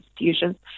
institutions